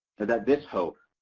that that this hope.